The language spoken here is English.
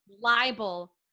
libel